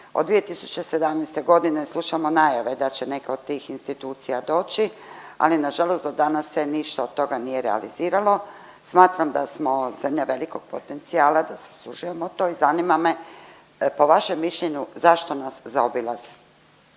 Od 2017. godine slušamo najave da neka od tih institucija doći ali nažalost do danas se ništa od toga nije realiziralo. Smatram da smo zemlja velikog potencijala, da zaslužujemo to i zanima me po vašem mišljenju zašto nas zaobilaze.